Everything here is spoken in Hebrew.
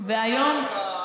אנחנו הובלנו את זה.